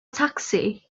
tacsi